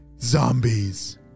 zombies